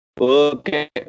Okay